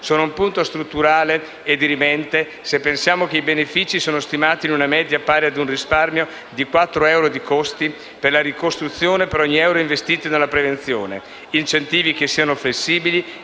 sono un punto strutturale e dirimente, se pensiamo che i benefici sono stimati in una media pari ad un risparmio di quattro euro di costi per la ricostruzione per ogni euro investito nella prevenzione; incentivi che siano flessibili